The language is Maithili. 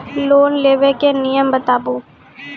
लोन लेबे के नियम बताबू?